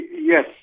yes